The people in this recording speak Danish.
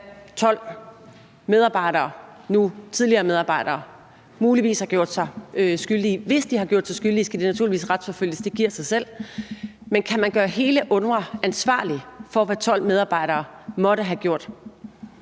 hvad 12 medarbejdere – nu tidligere medarbejdere – muligvis har gjort sig skyldige i? Hvis de har gjort sig skyldige i det, skal de naturligvis retsforfølges, det giver sig selv, men kan man gøre hele UNRWA ansvarlig for, hvad 12 medarbejdere måtte have gjort?